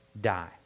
die